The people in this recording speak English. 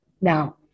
Now